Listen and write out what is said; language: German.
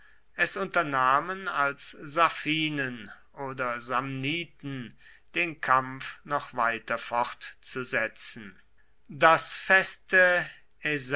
es unternahmen als safinen oder samniten den kampf noch weiter fortzusetzen das feste